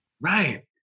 Right